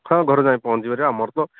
ହଁ ଘରେ ଯାଇ ପହଞ୍ଚି ଯିବାର ଆମର ତ